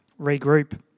regroup